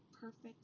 perfect